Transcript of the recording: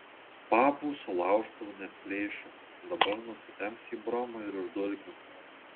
papų su laužtuvu neatplėši dabar nusitemps į bromą ir išdulkins